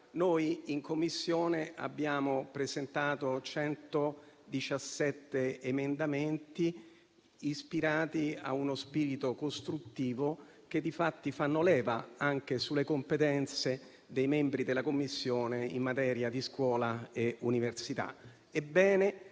In Commissione abbiamo presentato 117 emendamenti ispirati a uno spirito costruttivo e che fanno leva anche sulle competenze dei membri della Commissione in materia di scuola e università.